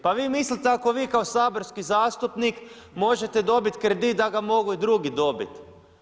Pa vi mislite ako vi kao saborski zastupnik možete dobiti kredit da ga mogu i drugi dobiti.